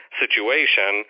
situation